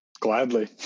Gladly